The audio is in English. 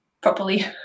properly